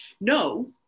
no